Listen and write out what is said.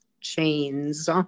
chains